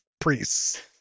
priests